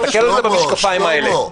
רק במשקפיים האלה.